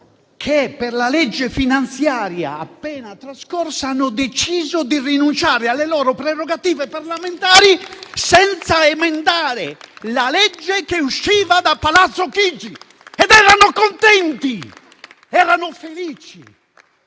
che per la legge di bilancio appena trascorsa hanno deciso di rinunciare alle loro prerogative parlamentari senza emendare la legge che usciva da Palazzo Chigi ed erano contenti, erano felici!